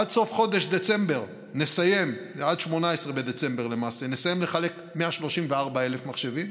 עד 18 בדצמבר נסיים לחלק 134,000 מחשבים,